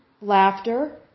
laughter